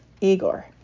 Igor